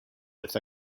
with